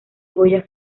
goya